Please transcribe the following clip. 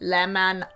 Lemon